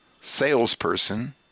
salesperson